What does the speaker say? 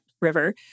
River